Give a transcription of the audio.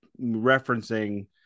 referencing